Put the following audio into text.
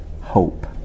hope